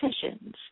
decisions